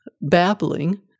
babbling